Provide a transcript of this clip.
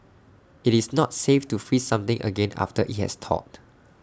IT is not safe to freeze something again after IT has thawed